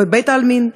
בית-העלמין,